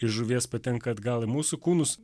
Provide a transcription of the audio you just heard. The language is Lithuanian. iš žuvies patenka atgal į mūsų kūnus